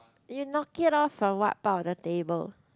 you knock it off of what part of the table